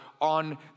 on